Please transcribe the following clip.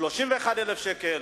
31,000 שקלים,